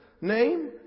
name